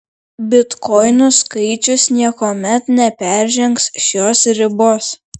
bitkoinų skaičius niekuomet neperžengs šios ribos